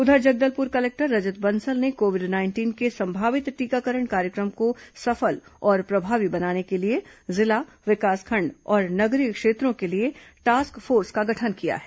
उधर जगदलपुर कलेक्टर रजत बंसल ने covid nineteen के संभावित टीकाकरण कार्यक्रम को सफल और प्रभावी बनाने के लिए जिला विकासखंड और नगरीय क्षेत्रों के लिए टास्क फोर्स का गठन किया है